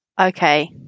okay